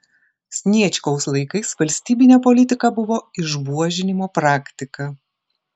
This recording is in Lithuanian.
sniečkaus laikais valstybine politika buvo išbuožinimo praktika